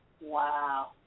Wow